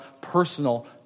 personal